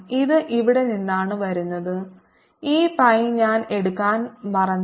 ഇത് ഇവിടെ നിന്നാണ് വരുന്നത് ഈ പൈ ഞാൻ എടുക്കാൻ മറന്നു